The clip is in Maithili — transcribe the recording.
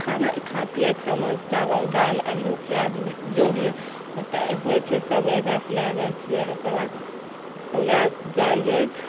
खाना खाइ पिऐके सामान चावल दालि आलू पिआज जो भी होयतै होइत छै से एहिजा से लै जाइत छियै ओकर बाद लै जाइ हियै